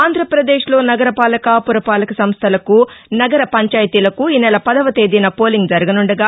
ఆంధ్రప్రదేశ్ లో నగరపాలక పురపాలక సంస్థలకు నగర పంచాయతీలకు ఈనెల పదో తేదీన పోలింగ్ జరగనుండగా